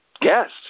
guest